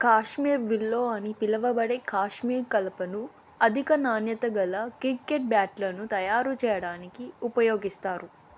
Kashmir willow అని పిలువబడే కాశ్మీర్ కలపను అధిక నాణ్యత గల క్రికెట్ బ్యాట్లను తయారు చేయడానికి ఉపయోగిస్తారు